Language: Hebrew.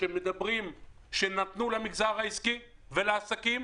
שעליהם מדברים שנתנו למגזר העסקי ולעסקים,